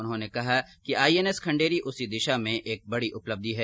उन्होंने कहा कि आई एन एस खंडेरी उसी दिशा में एक बड़ी उपलब्धि है